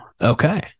okay